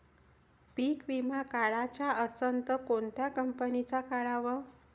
पीक विमा काढाचा असन त कोनत्या कंपनीचा काढाव?